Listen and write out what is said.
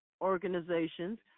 organizations